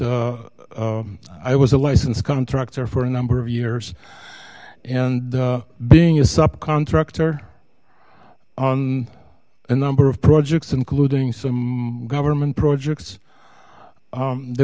i was a licensed contractor for a number of years and being a sub contractor on a number of projects including some government projects they